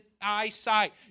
eyesight